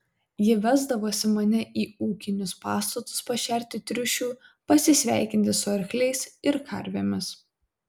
ji vesdavosi mane į ūkinius pastatus pašerti triušių pasisveikinti su arkliais ir karvėmis